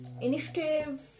Initiative